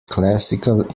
classical